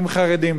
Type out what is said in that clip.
עם חרדים,